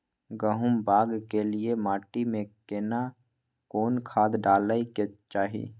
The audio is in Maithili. गहुम बाग के लिये माटी मे केना कोन खाद डालै के चाही?